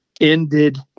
ended